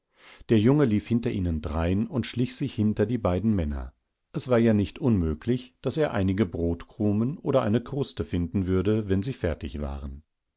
umfrühstückzuessen derjunge lief hinter ihnen drein und schlich sich hinter die beiden männer es war ja nicht unmöglich daß er einige brotkrumen oder eine kruste finden würde wennsiefertigwaren an